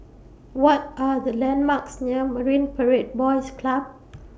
What Are The landmarks near Marine Parade Boys Club